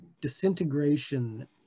disintegration